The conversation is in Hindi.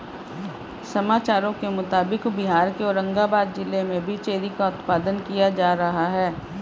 समाचारों के मुताबिक बिहार के औरंगाबाद जिला में भी चेरी का उत्पादन किया जा रहा है